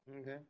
Okay